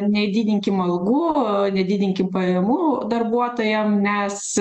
nedidinkim algų nedidinkim pajamų darbuotojam nes